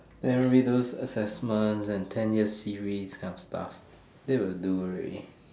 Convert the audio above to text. then maybe those assessments and ten years series kind of stuffs that will do already